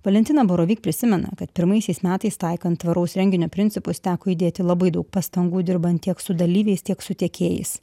valentina borovik prisimena kad pirmaisiais metais taikant tvaraus renginio principus teko įdėti labai daug pastangų dirbant tiek su dalyviais tiek su tiekėjais